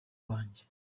wanjye